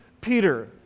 Peter